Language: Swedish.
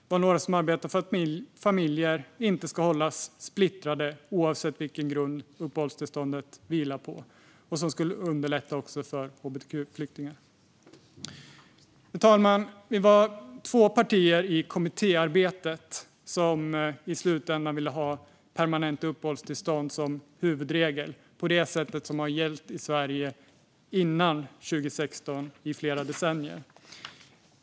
Det var några som arbetade för att familjer inte ska hållas splittrade oavsett vilken grund uppehållstillståndet vilar på och som också ville underlätta för hbtq-flyktingar. Fru talman! Det var två partier i kommittéarbetet som i slutändan ville ha permanenta uppehållstillstånd som huvudregel på det sätt som har gällt i Sverige innan 2016 i flera decennier.